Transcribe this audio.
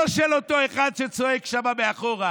לא של אותו אחד שצועק שם מאחור,